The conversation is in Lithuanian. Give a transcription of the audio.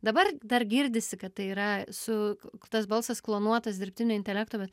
dabar dar girdisi kad tai yra su tas balsas klonuotas dirbtinio intelekto bet